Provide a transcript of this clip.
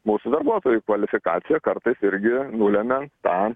mūsų darbuotojų kvalifikacija kartais irgi nulemia tą